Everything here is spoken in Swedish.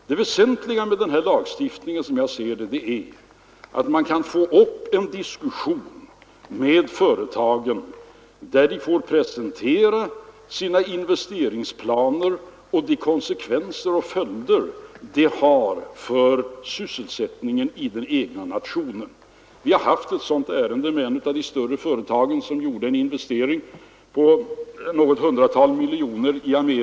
Det väsentliga med denna lagstiftning, såsom jag ser det, är att man kan få en diskussion med företagen där de får presentera sina investeringsplaner och de konsekvenser dessa kan ha för sysselsättningen inom den egna nationen. Vi har haft en sådan diskussion med ett av de större företagen som gjorde en investering på något hundratal miljoner i Amerika.